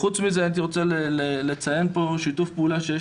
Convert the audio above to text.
חוץ מזה הייתי רוצה לציין שיתוף פעולה שיש